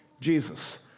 Jesus